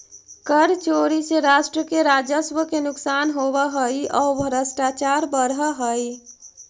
कर चोरी से राष्ट्र के राजस्व के नुकसान होवऽ हई औ भ्रष्टाचार बढ़ऽ हई